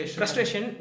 frustration